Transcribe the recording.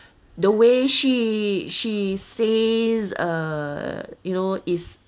the way she she says uh you know is